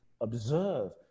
observe